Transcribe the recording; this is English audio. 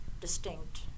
distinct